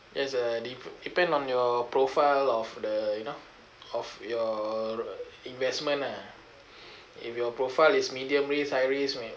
yes uh dep~ depend on your profile of the you know of your investment ah if your profile is medium risk high risk may